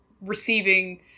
receiving